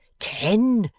ten.